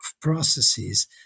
processes